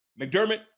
McDermott